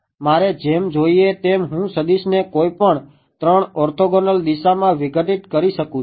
મારે જેમ જોઈએ તેમ હું સદીશને કોઈપણ ૩ ઓર્થોગોનલ દિશામાં વિઘટિત કરી શકું છું